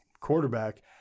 quarterback